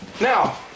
Now